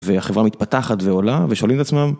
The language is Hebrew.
והחברה מתפתחת ועולה, ושואלים את עצמם